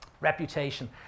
Reputation